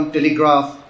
Telegraph